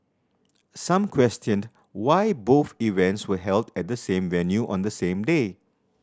some questioned why both events were held at the same venue on the same day